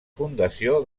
fundació